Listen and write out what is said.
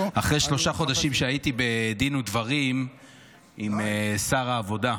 אחרי שלושה חודשים שהייתי בדין ודברים עם שר העבודה,